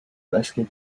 basket